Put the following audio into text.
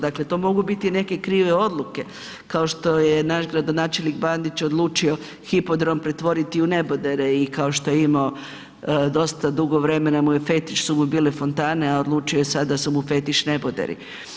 Dakle, to mogu biti neke krive odluke kao što je naš gradonačelnik Bandić odlučio hipodrom pretvoriti u nebodere i kao što je imao dosta dugo vremena fetiš su mu bile fontane, a odlučio je sada da su mu fetiš neboderi.